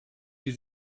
sie